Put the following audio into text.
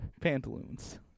Pantaloons